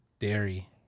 dairy